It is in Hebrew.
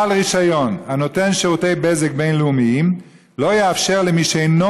בעל רישיון הנותן שירותי בזק בין-לאומיים לא יאפשר למי שאינו